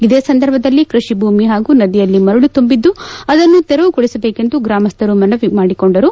ಇದೇ ಸಂದರ್ಭದಲ್ಲಿ ಕೃಷಿ ಭೂಮಿ ಹಾಗೂ ನದಿಯಲ್ಲಿ ಮರಳು ತುಂಬಿದ್ದು ಅದನ್ನು ತೆರವುಗೊಳಿಸಬೇಕೆಂದು ಗ್ರಾಮಸ್ಥರು ಮನವಿ ಮಾಡಿಕೊಂಡರು